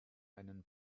einen